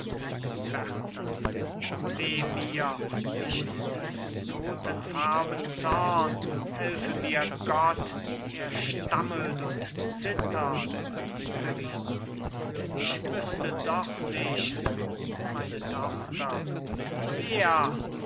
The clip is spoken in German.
berta weh mir nicht diesen totenfarben zorn helfe mir gott er stammelt und zittert verrina ich wüßte doch nicht meine tochter wer